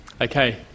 Okay